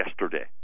yesterday